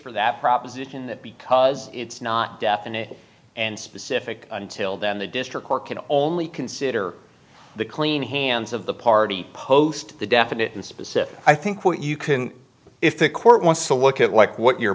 for that proposition that because it's not definite and specific until then the district court can only consider the clean hands of the party post the definition specific i think what you can if the court wants to look at like what y